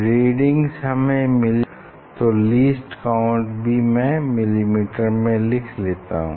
readings हमें millimetre में लिखनी हैं तो लीस्ट काउंट भी मैं मिलीमीटर में लिख लेता हूँ